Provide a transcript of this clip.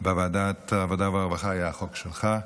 בוועדת העבודה והרווחה היה החוק שלך,